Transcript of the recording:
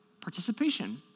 Participation